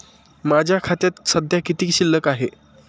माझ्या खात्यात सध्या किती शिल्लक आहे?